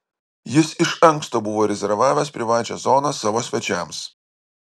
jis iš anksto buvo rezervavęs privačią zoną savo svečiams